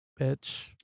bitch